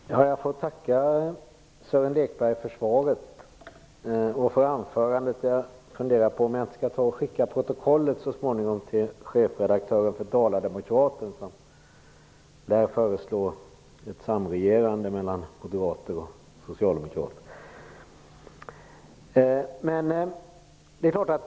Herr talman! Jag får tacka Sören Lekberg för svaret och för anförandet. Jag funderar på om jag inte så småningom skall ta och skicka protokollet till chefredaktören för Dala-Demokraten, som lär föreslå ett samregerande mellan moderater och socialdemokrater.